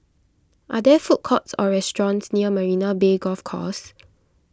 are there food courts or restaurants near Marina Bay Golf Course